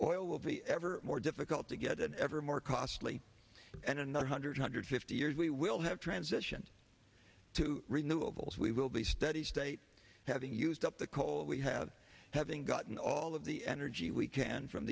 or will be ever more difficult to get an ever more costly and another hundred hundred fifty years we will have transition to renewables we will be steady state having used up the coal we have having gotten all of the energy we can